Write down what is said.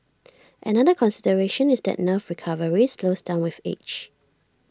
another consideration is that nerve recovery slows down with age